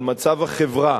על מצב החברה,